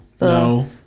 No